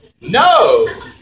No